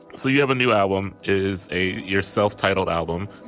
so you have a new album is a your self-titled album